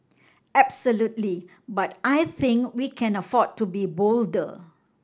absolutely but I think we can afford to be bolder